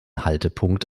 haltepunkt